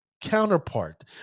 counterpart